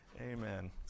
amen